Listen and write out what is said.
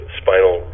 spinal